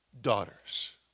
daughters